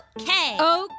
Okay